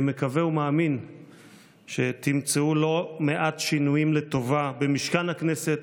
אני מקווה ומאמין שתמצאו לא מעט שינויים לטובה במשכן הכנסת,